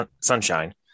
Sunshine